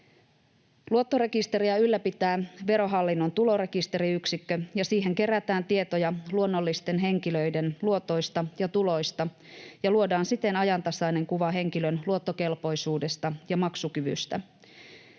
Luottorekisteriä ylläpitää Verohallinnon tulorekisteriyksikkö, ja siihen kerätään tietoja luonnollisten henkilöiden luotoista ja tuloista ja luodaan siten ajantasainen kuva henkilön luottokelpoisuudesta ja maksukyvystä.